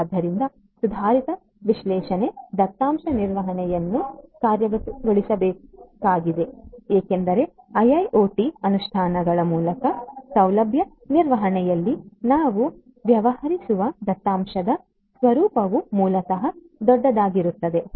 ಆದ್ದರಿಂದ ಸುಧಾರಿತ ವಿಶ್ಲೇಷಣೆ ದತ್ತಾಂಶ ನಿರ್ವಹಣೆಯನ್ನು ಕಾರ್ಯಗತಗೊಳಿಸಬೇಕಾಗಿದೆ ಏಕೆಂದರೆ ಐಐಒಟಿ ಅನುಷ್ಠಾನಗಳ ಮೂಲಕ ಸೌಲಭ್ಯ ನಿರ್ವಹಣೆಯಲ್ಲಿ ನಾವು ವ್ಯವಹರಿಸುವ ದತ್ತಾಂಶದ ಸ್ವರೂಪವು ಮೂಲತಃ ದೊಡ್ಡದಾಗಿರುತ್ತದೆ